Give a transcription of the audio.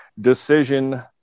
decision